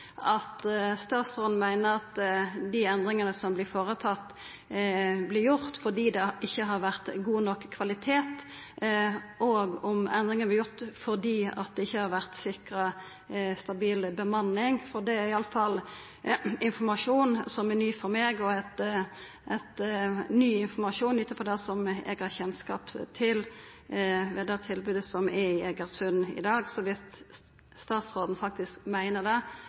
at statsråden meiner at dei endringane som vert sette i verk, vert gjort fordi det ikkje har vore god nok kvalitet, og fordi det ikkje har vore sikra stabil bemanning. Det er i alle fall informasjon som er ny for meg ut ifrå den kjennskapen eg har til tilbodet i Egersund i dag. Viss statsråden faktisk meiner det, synest eg han skal gjera greie for dei uttalene. Som